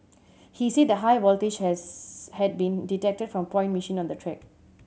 he said that high voltage has had been detected from a point machine on the track